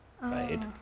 right